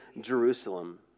Jerusalem